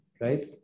right